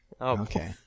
Okay